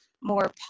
more